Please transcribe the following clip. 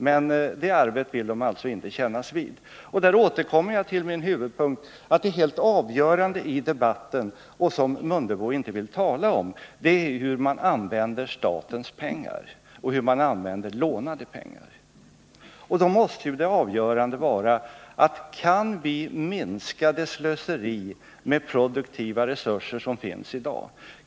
Men det arvet vill de alltså inte kännas vid. Där återkommer jag till min huvudsynpunkt, att det helt avgörande i debatten — och som herr Mundebo inte vill tala om — är hur man använder statens pengar och hur man använder lånade pengar. Då måste det avgörande vara att vi kan minska det slöseri med produktiva resurser som förekommer i dag.